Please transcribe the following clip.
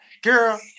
Girl